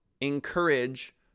encourage